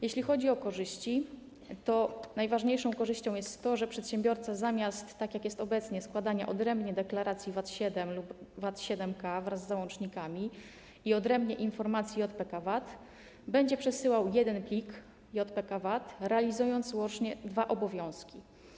Jeśli chodzi o korzyści, to najważniejszą korzyścią jest to, że przedsiębiorca, zamiast - tak jak jest obecnie - składania odrębnie deklaracji VAT-7 lub VAT-7K wraz z załącznikami i odrębnie informacji JPK_VAT będzie przesyłał jeden plik JPK_VAT, realizując łącznie dwa obowiązki.